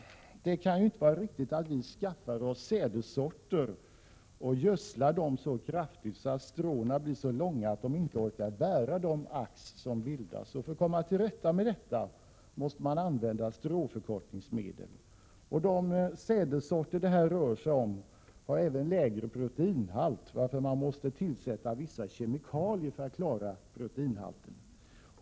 Det kan inte vara riktigt att vi skaffar oss sädessorter och gödslar dem så kraftigt att stråna blir så långa att de inte orkar bära upp de ax som bildas. För att då komma till rätta med detta måste man använda stråförkortningsmedel. De sädessorter det här rör sig om har lägre proteinhalt, varför man måste tillsätta vissa kemikalier för att höja proteinhalten.